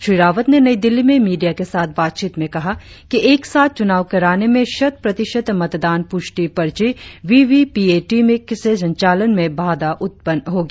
श्री रावत ने नई दिल्ली में मीडिया के साथ बातचीत में कहा कि एकसाथ चुनाव कराने में शत प्रतिशत मतदान पुष्टि पर्ची वीवीपीएटी के संचालन में बाधा उत्पन्न होगी